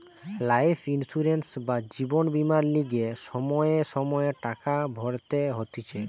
life insurance বা জীবন বীমার লিগে সময়ে সময়ে টাকা ভরতে হতিছে